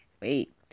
wait